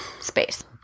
space